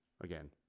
again